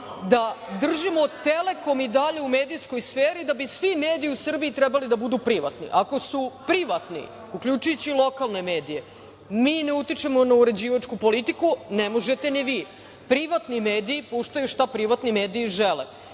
da držimo Telekom i dalje u medijskoj sferi, da bi svi mediji trebali da budu privatni. Ako su privatni, uključujući i lokalne medije, mi ne utičemo na uređivačku politiku, ne možete ni vi. Privatni mediji puštaju šta privatni mediji žele.